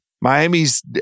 Miami's